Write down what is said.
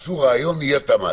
היה ראיון והוחלט על אי התאמה.